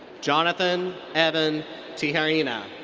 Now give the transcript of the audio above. jonathan evan tijerina.